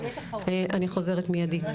אני חוזרת מיידית,